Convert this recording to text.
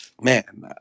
Man